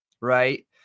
right